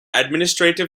administrative